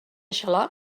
xaloc